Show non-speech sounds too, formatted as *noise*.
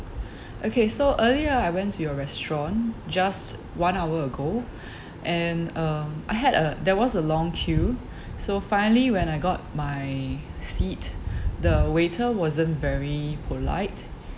*breath* okay so earlier I went to your restaurant just one hour ago *breath* and uh I had a there was a long queue *breath* so finally when I got my seat *breath* the waiter wasn't very polite